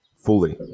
fully